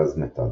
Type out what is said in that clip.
גז מתאן